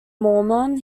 mormon